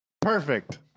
Perfect